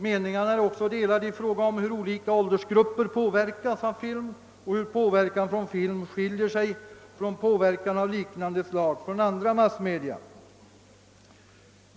Meningarna är också delade i fråga om hur olika åldersgrupper påverkas av film och hur påverkan från film skiljer sig från påverkan av liknande slag från andra massmedia.